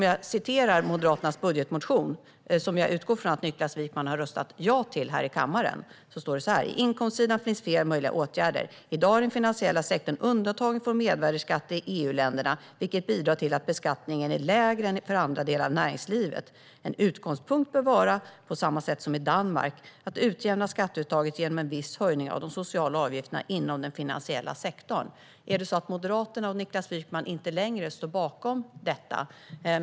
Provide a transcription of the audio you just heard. Jag citerar ur Moderaternas budgetmotion, som jag utgår från att Niklas Wykman har röstat ja till här i kammaren: "På inkomstsidan finns flera möjliga åtgärder. I dag är den finansiella sektorn undantagen från mervärdesskatt i EU-länderna, vilket bidrar till att beskattningen är lägre än för andra delar av näringslivet. En utgångspunkt bör vara att, på samma sätt som i Danmark, utjämna skatteuttaget genom en viss höjning av de sociala avgifterna inom den finansiella sektorn." Står Moderaterna och Niklas Wykman inte längre bakom detta?